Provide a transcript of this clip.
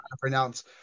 pronounce